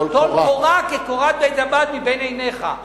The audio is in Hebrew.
טול קורה כקורת בית הבד מבין עיניך.